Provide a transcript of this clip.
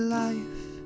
life